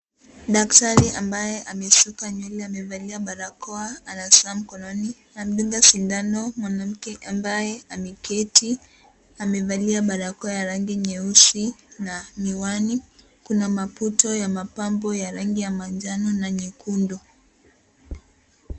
Daktari ambaye amesuka nywele amevalia barakoa ana saa mkononi, anadunga sindano mwanamke ambaye ameketi, amevalia barakoa ya rangi nyeusi na miwani, kuna maputo ya mapambo ya rangi ya manjano na nyekundu.